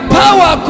power